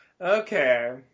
Okay